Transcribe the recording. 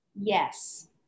Yes